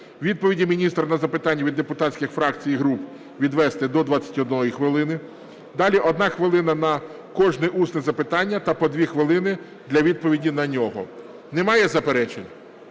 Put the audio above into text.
відповіді міністра на запитання від депутатських фракцій і груп відвести до 21 хвилини. Далі, одна хвилина – на кожне усне запитання та по 2 хвилини – для відповіді на нього. Немає заперечень?